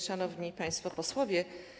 Szanowni Państwo Posłowie!